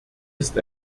ist